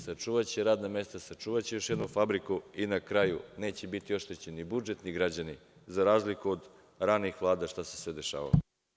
Sačuvaće radna mesta, sačuvaće još jednu fabriku i na kraju, neće biti oštećen ni budžet, ni građani, za razliku od ranijih vlada šta se sve dešavalo.